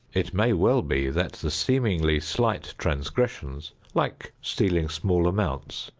it may well be that the seemingly slight transgressions, like stealing small amounts,